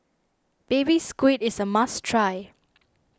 Baby Squid is a must try